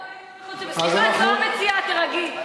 סליחה, את לא המציעה, תירגעי.